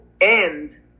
end